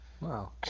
Wow